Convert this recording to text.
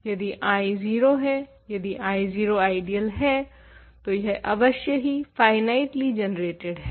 यदि I 0 है यदि I 0 आइडियल है तो यह अवश्य ही फाइनाइटली जनरेटेड है